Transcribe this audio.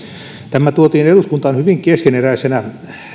tämä tuotiin eduskuntaan hyvin keskeneräisenä